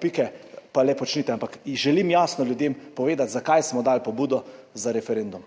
pike, pa le počnite, ampak ljudem želim jasno povedati, zakaj smo dali pobudo za referendum,